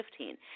2015